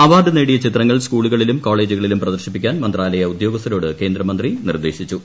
അവാർഡു നേടിയ ചിത്രങ്ങൾ സ്കൂളുകളിലും കോളേജുകളിലും പ്രദർശിപ്പിക്കാൻ മന്ത്രാലയ ഉദ്യോഗസ്ഥരോട് കേന്ദ്രമന്ത്രി നിർദ്ദേശിച്ചു